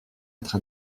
être